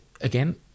again